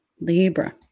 Libra